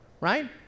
right